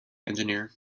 engineer